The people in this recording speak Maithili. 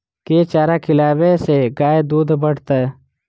केँ चारा खिलाबै सँ गाय दुध बढ़तै?